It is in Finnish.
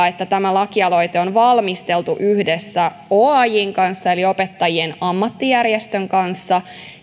että tämä lakialoite on valmisteltu yhdessä oajn eli opettajien ammattijärjestön kanssa